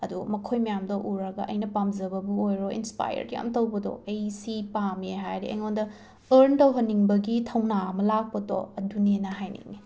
ꯑꯗꯣ ꯃꯈꯣꯏ ꯃꯌꯥꯝꯗꯣ ꯎꯔꯒ ꯑꯩꯅ ꯄꯥꯝꯖꯕꯕꯨ ꯑꯣꯏꯔꯣ ꯏꯟꯁꯄꯥꯌꯔꯗ ꯌꯥꯝꯅ ꯇꯧꯕꯗꯣ ꯑꯩ ꯁꯤ ꯄꯥꯝꯃꯦ ꯍꯥꯏꯔꯗꯤ ꯑꯩꯉꯣꯟꯗ ꯑꯔꯟ ꯇꯧꯍꯟꯅꯤꯡꯕꯒꯤ ꯊꯧꯅꯥ ꯑꯃ ꯂꯥꯛꯄꯗꯣ ꯑꯗꯨꯅꯦꯅ ꯍꯥꯏꯅꯤꯡꯉꯦ